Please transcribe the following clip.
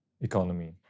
economy